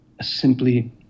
simply